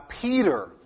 Peter